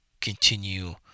continue